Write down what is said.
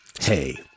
hey